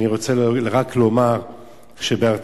אני רוצה רק לומר שבארצות-הברית,